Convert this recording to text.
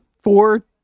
four